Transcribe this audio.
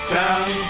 town